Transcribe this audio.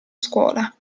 scuola